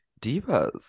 divas